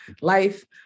life